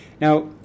Now